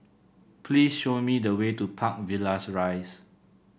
please show me the way to Park Villas Rise